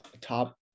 top